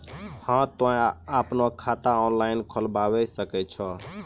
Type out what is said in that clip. हाँ तोय आपनो खाता ऑनलाइन खोलावे सकै छौ?